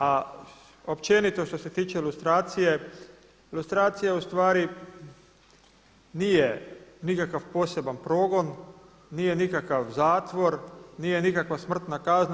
A općenito što se tiče lustracije, lustracija u stvari nije nikakav poseban progon, nije nikakav zatvor, nije nikakva smrtna kazna.